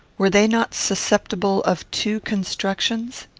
were they not susceptible of two constructions?